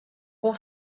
four